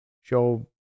show